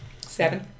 Seven